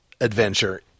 adventure